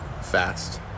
fast